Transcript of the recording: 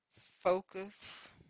focus